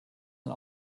and